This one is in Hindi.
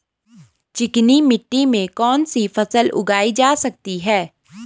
चिकनी मिट्टी में कौन सी फसल उगाई जा सकती है?